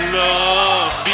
love